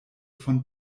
von